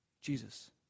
Jesus